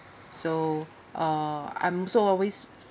so uh I'm also always